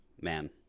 Man